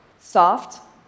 Soft